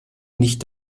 nicht